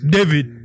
David